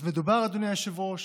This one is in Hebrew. אז מדובר, אדוני היושב-ראש,